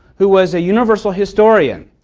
who was a universal historian.